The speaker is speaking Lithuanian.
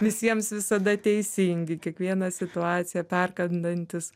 visiems visada teisingi kiekvieną situaciją perkand dantis